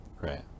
Right